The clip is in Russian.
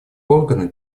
органа